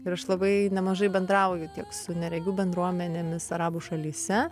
ir aš labai nemažai bendrauju tiek su neregių bendruomenėmis arabų šalyse